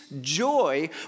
joy